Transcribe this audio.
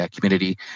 community